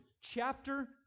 chapter